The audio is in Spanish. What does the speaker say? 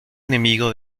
enemigo